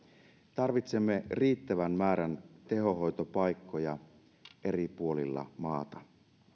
tarvitsemme riittävän määrän tehohoitopaikkoja eri puolilla maata